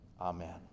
Amen